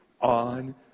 on